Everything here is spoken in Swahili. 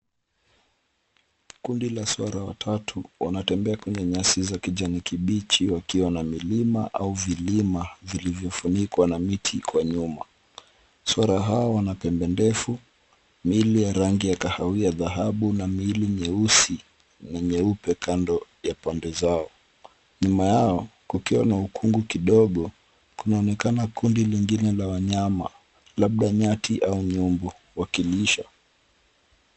Kundi la swara watatu, wanatembea kwenye nyasi za kijani kibichi wakiwa na milima au vilima vilivyofunikwa na miti kwa nyuma. Swara hao wana pembe refu, mili ya rangi ya kahawia dhahabu na mili nyeusi na nyeupe kando ya pande zao. Nyuma yao, kukiwa na ukungu kidogo, kunaonekana kundi lingine la wanyama, labda nyati au nyumbu wakilishwa.